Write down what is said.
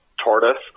Tortoise